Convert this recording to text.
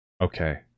Okay